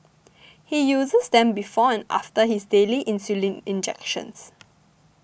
he uses them before and after his daily insulin injections